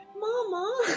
Mama